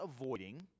avoiding